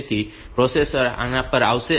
તેથી પ્રોસેસર આના પર આવશે